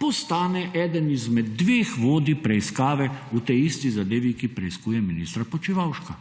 postane eden izmed dveh vodij preiskave v tej isti zadevi, ki preiskuje ministra Počivalška.